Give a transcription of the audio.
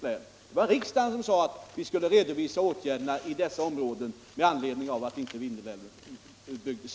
Åtgärderna i dessa områden med anledning av att Vindelälven inte byggdes ut skulle också redovisas för riksdagen.